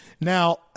Now